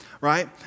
right